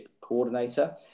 Coordinator